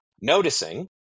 noticing